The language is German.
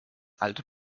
alte